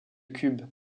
cubes